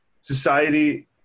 society